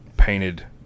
Painted